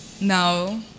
No